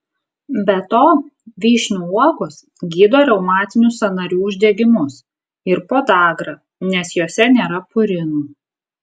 be to vyšnių uogos gydo reumatinius sąnarių uždegimus ir podagrą nes jose nėra purinų